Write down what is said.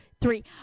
three